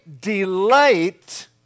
delight